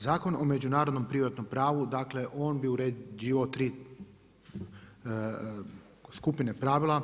Zakon o međunarodnom privatnom pravu, dakle, on bi uređivao 3 skupine pravila.